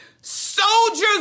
soldiers